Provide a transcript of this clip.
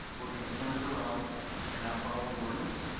we're gonna turn it around and not follow the ordinance?